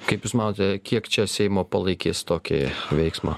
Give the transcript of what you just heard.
kaip jūs manote kiek čia seimo palaikys tokį veiksmą